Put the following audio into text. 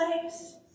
place